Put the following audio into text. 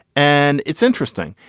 and it's interesting.